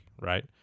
right